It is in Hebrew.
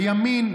הימין,